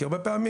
כי הרבה פעמים,